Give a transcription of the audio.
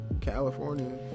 California